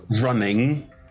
running